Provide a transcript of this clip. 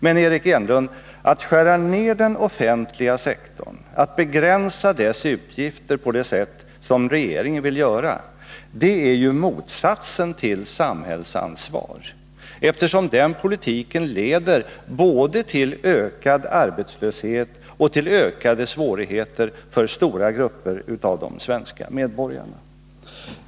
Men, Eric Enlund, att skära ned den offentliga sektorn, att begränsa dess utgifter på det sätt som regeringen vill är ju motsatsen till samhällsansvar — eftersom den politiken leder till både ökad arbetslöshet och ökade svårigheter för stora grupper av de svenska medborgarna.